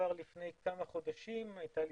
לפני כמה חודשים הייתה לי